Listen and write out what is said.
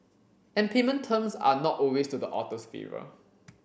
and payment terms are not always to the author's favour